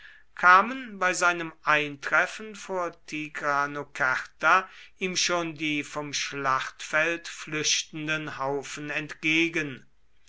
kamen bei seinem eintreffen vor tigranokerta ihm schon die vom schlachtfeld flüchtenden haufen entgegen